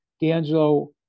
D'Angelo